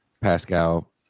Pascal